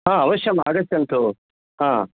ह आवश्यम् आगच्छन्तु ह